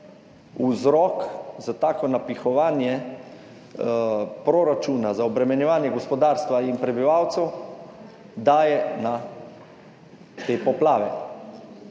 vzrok za tako napihovanje proračuna, za obremenjevanje gospodarstva in prebivalcev daje na te poplave.